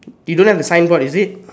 you don't have the signboard is it